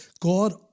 God